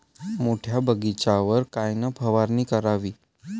मोठ्या बगीचावर कायन फवारनी करावी?